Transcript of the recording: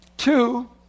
Two